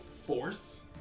force